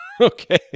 Okay